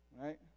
right